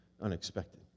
unexpected